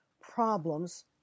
problems